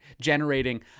generating